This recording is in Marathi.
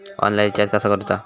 ऑनलाइन रिचार्ज कसा करूचा?